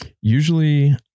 usually